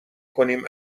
کنیم